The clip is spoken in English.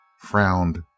frowned